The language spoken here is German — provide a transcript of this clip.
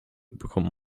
bekommt